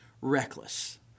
reckless